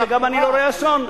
גם אני לא רואה בזה אסון.